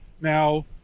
Now